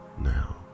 now